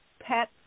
pet